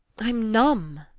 i'm numb.